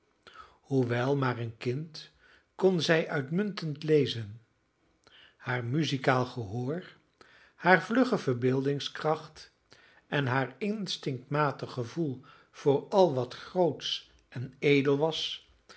hoewel maar een kind kon zij uitmuntend lezen haar muzikaal gehoor hare vlugge verbeeldingskracht en haar instinctmatig gevoel voor al wat grootsch en edel was